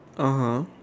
(uh huh)